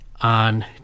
on